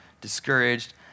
discouraged